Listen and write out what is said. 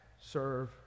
serve